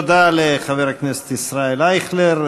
תודה לחבר הכנסת ישראל אייכלר.